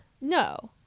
no